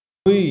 ଦୁଇ